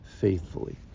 faithfully